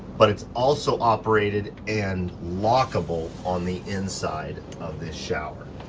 but it's also operated and lockable on the inside of this shower.